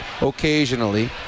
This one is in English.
occasionally